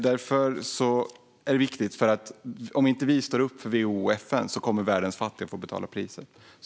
Det är viktigt, för om inte vi står upp för WHO och FN kommer världens fattiga att få betala priset.